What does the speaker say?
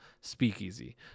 speakeasy